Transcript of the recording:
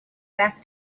back